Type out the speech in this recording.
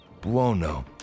Buono